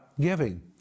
giving